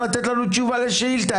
לתת לנו תשובה לשאילתה.